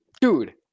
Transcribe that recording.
Dude